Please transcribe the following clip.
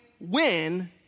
win